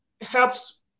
helps